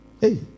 Hey